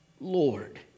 Lord